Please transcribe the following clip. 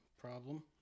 problem